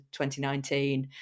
2019